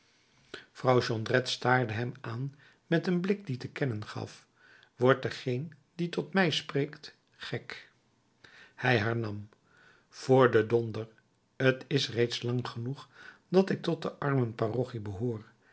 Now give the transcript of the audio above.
hem aan met een blik die te kennen gaf wordt degeen die tot mij spreekt gek hij hernam voor den donder t is reeds lang genoeg dat ik tot de armenparochie behoor